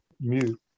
mute